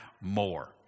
more